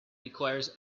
requires